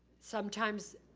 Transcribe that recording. sometimes,